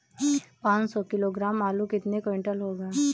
पाँच सौ किलोग्राम आलू कितने क्विंटल होगा?